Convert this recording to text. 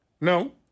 no